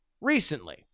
recently